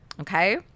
Okay